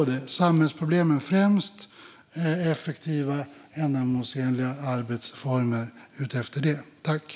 Vi måste sätta samhällsproblemen främst och hitta effektiva, ändamålsenliga arbetsformer i det syftet.